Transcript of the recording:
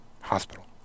hospital